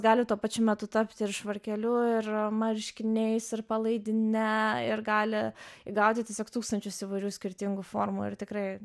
gali tuo pačiu metu tarpti ir švarkeliu ir marškiniais ir palaidine ir gali įgauti tiesiog tūkstančius įvairių skirtingų formų ir tikrai